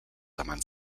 amants